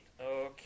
Okay